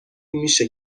میشه